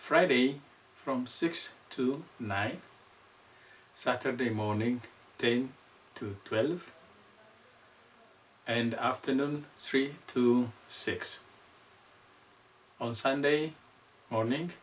friday from six to night saturday morning to twelve and afternoon three to six on sunday morning